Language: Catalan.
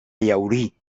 llaurí